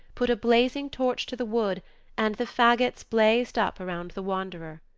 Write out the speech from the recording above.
put a blazing torch to the wood and the fagots blazed up around the wanderer.